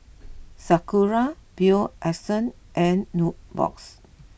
Sakura Bio Essence and Nubox